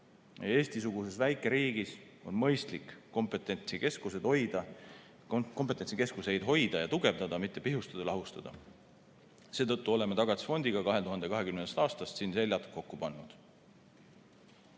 Eesti-suguses väikeriigis on mõistlik kompetentsikeskuseid hoida ja tugevdada, mitte pihustada ja lahustada. Seetõttu oleme Tagatisfondiga 2020. aastast siin seljad kokku pannud.